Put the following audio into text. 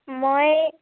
মই